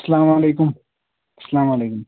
السلامُ علیکُم السلامُ علیکُم